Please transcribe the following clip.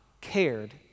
cared